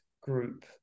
group